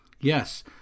Yes